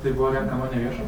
tai buvo renkama nevieša